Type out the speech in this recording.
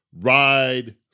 ride